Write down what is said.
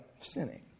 sinning